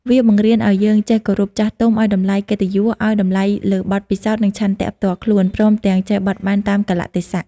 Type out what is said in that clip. វាបង្រៀនឱ្យយើងចេះ គោរពចាស់ទុំ ឱ្យ តម្លៃកិត្តិយស ឱ្យ តម្លៃលើបទពិសោធន៍ និង ឆន្ទៈផ្ទាល់ខ្លួន ព្រមទាំង ចេះបត់បែនតាមកាលៈទេសៈ។